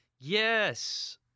yes